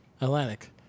Atlantic